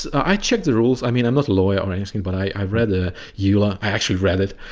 i checked the rules. i mean i'm not a lawyer or anything, but i read the uler, i actually read it.